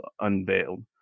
unveiled